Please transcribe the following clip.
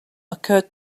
occurred